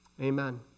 Amen